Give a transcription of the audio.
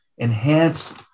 enhance